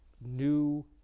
new